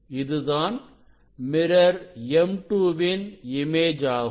இதுதான் mirror M2 வின் image ஆகும்